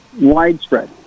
widespread